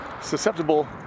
susceptible